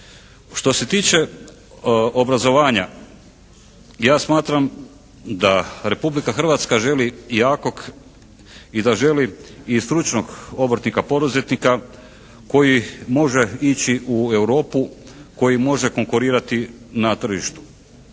Što se tiče obrazovanja, ja smatram da Republika Hrvatska želi jakog i da želi i stručnog obrtnika poduzetnika koji može ići u Europu, koji može konkurirati na tržištu.